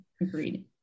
Agreed